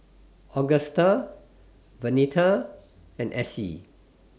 Augusta Venita and Essie